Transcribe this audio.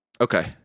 Okay